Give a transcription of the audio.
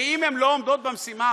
ואם הן לא עומדות במשימה,